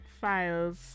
files